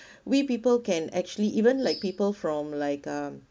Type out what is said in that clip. we people can actually even like people from like um